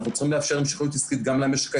אנחנו צריכים לאפשר המשכיות עסקית גם למשק הישראלי.